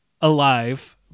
alive